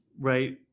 Right